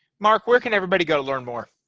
mark where can everybody go to learn more.